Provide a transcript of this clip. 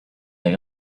i’ve